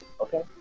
okay